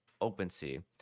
OpenSea